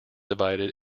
divided